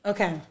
Okay